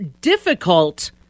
difficult